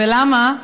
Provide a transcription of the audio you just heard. ולמה?